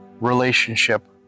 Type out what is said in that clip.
relationship